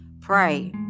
Pray